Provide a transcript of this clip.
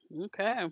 Okay